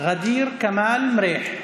ע'דיר כמאל מריח.